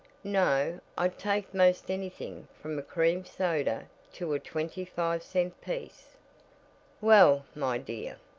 no, i'd take most anything from a cream soda to a twenty-five cent piece. well, my dear,